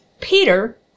Peter